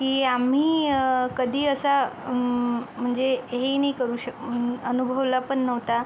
की आम्ही कधी असा म्हणजे हे नाही करू शक अनुभवला पण नव्हता